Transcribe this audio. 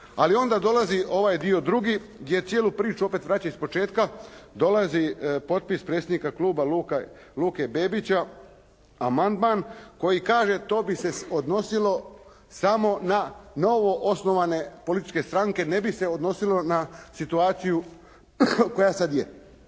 Ali onda dolazi ovaj dio drugi gdje cijelu priču opet vraća iz početka, dolazi potpis predsjednika kluba Luke Bebića amandman koji kaže, to bi se odnosilo samo na novoosnovane političke stranke, ne bi se odnosilo na situaciju koja sad je.